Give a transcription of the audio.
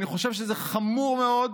אני חושב שזה חמור מאוד